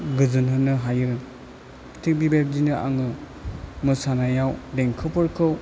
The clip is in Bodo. गोजोन होनो हायो थिख बे बायदिनो आङो मोसानायाव देंखोफोरखौ